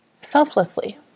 selflessly